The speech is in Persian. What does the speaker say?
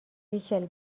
ریچل